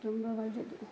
ತುಂಬ ಒಳ್ಳೆಯದು